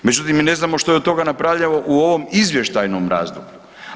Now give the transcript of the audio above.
Međutim, mi ne znamo što je od toga napravljeno u ovom izvještajnom razdoblju.